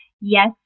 yes